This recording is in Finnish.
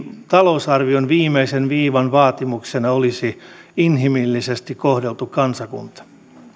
talousarvion viimeisen viivan vaatimuksena olisi inhimillisesti kohdeltu kansakunta